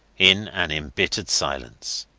in an embittered silence.